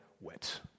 wet